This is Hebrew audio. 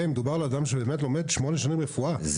מדובר על אדם שלומד שמונה שנים רפואה,